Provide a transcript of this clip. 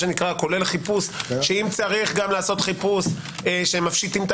כולל אם צריך לעשות חיפוש גם שמפשיטים את